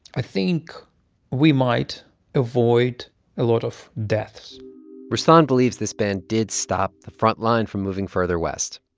i think we might avoid a lot of deaths ruslan believes this ban did stop the front line from moving further west.